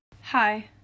Hi